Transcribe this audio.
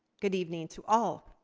good evening to all.